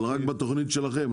אבל רק בתוכנית שלכם.